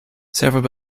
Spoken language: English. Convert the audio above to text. several